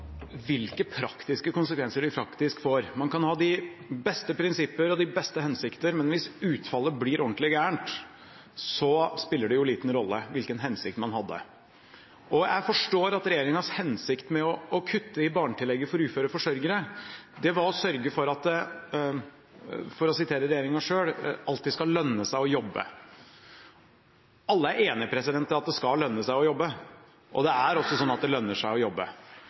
hvilke praktiske konsekvenser de faktisk får. Man kan ha de beste prinsipper og de beste hensikter, men hvis utfallet blir ordentlig gærent, spiller det liten rolle hvilken hensikt man hadde. Jeg forstår at regjeringens hensikt med å kutte i barnetillegget for uføre forsørgere var å sørge for at det – for å sitere regjeringen selv – «alltid skal lønne seg å jobbe». Alle er enig i at det skal lønne seg å jobbe, og det er også slik at det lønner seg å jobbe.